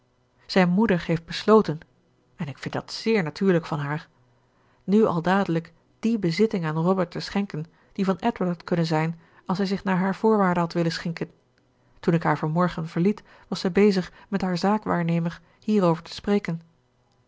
alles zijn moeder heeft besloten en ik vind dat zeer natuurlijk van haar nu al dadelijk die bezitting aan robert te schenken die van edward had kunnen zijn als hij zich naar haar voorwaarden had willen schikken toen ik haar van morgen verliet was zij bezig met haar zaakwaarnemer hierover te spreken